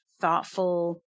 thoughtful